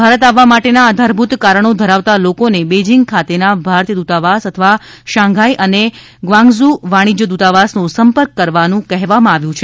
ભારત આવવા માટેના આધારભૂત કારણો ધરાવતા લોકોને બેઈજીંગ ખાતેના ભારતીય દ્રતાવાસ અથવા શાંઘાઈ અને ગ્વાંગઝુંના વાણિજ્ય દૂતાવાસનો સંપર્ક કરવાનું કહેવામાં આવ્યું છે